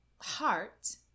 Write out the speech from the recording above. heart